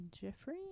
Jeffrey